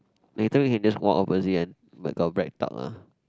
later we can just walk opposite and got BreadTalk lah